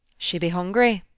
she be hungry.